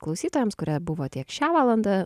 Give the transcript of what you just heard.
klausytojams kurie buvo tiek šią valandą